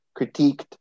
critiqued